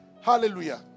Hallelujah